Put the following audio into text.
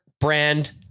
brand